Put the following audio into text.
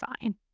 fine